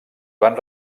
van